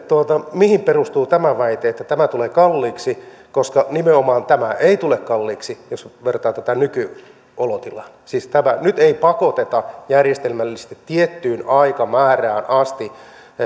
mihin perustuu tämä väite että tämä tulee kalliiksi koska nimenomaan tämä ei tule kalliiksi jos vertaa tätä nykyolotilaan nyt ei pakoteta järjestelmällisesti tiettyyn aikamäärään asti